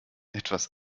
etwas